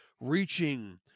reaching